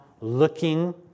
looking